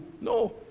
no